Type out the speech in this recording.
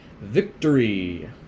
victory